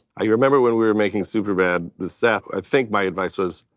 i remember when we were making superbad with seth, i think my advice was,